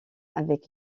avec